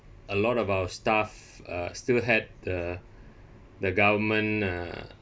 a lot of our staff uh still had the the government uh